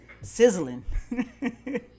sizzling